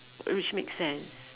which make sense